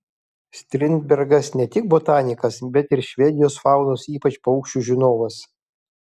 strindbergas ne tik botanikas bet ir švedijos faunos ypač paukščių žinovas